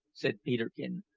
said peterkin,